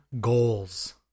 goals